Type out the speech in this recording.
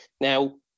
Now